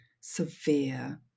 severe